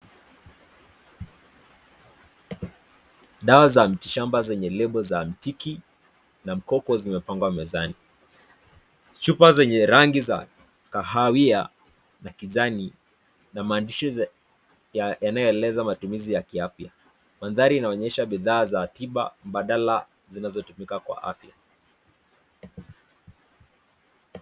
Dawa za mitishamba zenye lebo za mtiki na mkoko zimepangwa mezani, chupa zenye rangi za kahawia na kijani na maandishi yanayo eleza matumizi ya kiafya, mandhari inaonyesha bidhaa za tiba mbadala zinazotumika kwa afya.